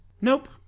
Nope